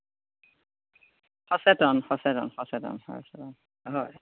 সচেতন সচেতন সচেতন হয় হয়